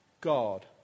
God